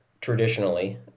traditionally